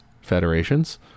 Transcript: federations